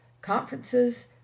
conferences